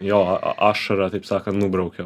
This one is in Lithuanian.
jo ašarą taip sakan nubraukiau